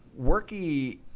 Worky